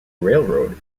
railroad